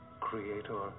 creator